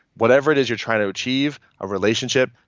whatever it is you're trying to achieve, a relationship,